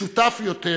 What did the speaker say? משותף יותר,